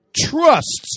Trusts